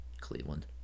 Cleveland